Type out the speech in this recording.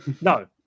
No